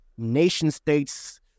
nation-states